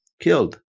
killed